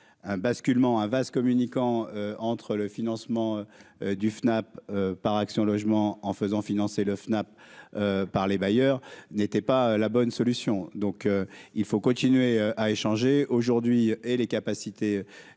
un basculement un vase communicant entre le financement du FNAP par Action logement en faisant financer le FNAP par les bailleurs n'était pas la bonne solution, donc il faut continuer à échanger aujourd'hui et les capacités